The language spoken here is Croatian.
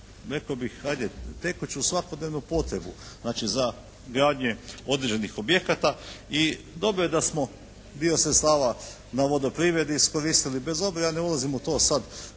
rekao bih ajde tekuću, svakodnevnu potrebu. Znači za gradnje određenih objekata i dobro je da smo dio sredstava na vodoprivredi iskoristili bez obzira, ne ulazim u to sad